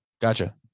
Gotcha